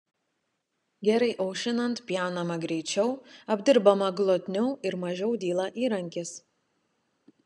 gerai aušinant pjaunama greičiau apdirbama glotniau ir mažiau dyla įrankis